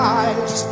eyes